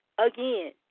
again